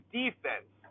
defense